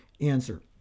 answer